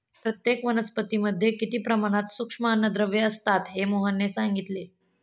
प्रत्येक वनस्पतीमध्ये किती प्रमाणात सूक्ष्म अन्नद्रव्ये असतात हे मोहनने सांगितले